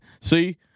See